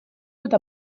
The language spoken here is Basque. eta